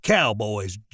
Cowboys